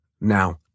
Now